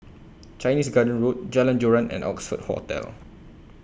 Chinese Garden Road Jalan Joran and Oxford Hotel